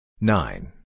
Nine